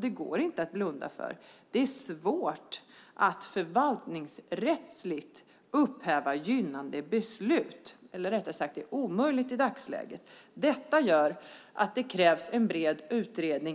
Det går inte att blunda för att det i dagsläget är omöjligt att förvaltningsrättsligt upphäva gynnande beslut. Det gör att det krävs en bred utredning.